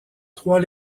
trois